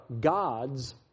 God's